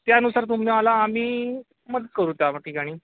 त्यानुसार तुम्हाला आम्ही मदत करू त्या ठिकाणी